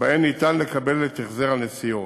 שבהן ניתן לקבל את החזר הנסיעות.